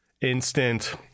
instant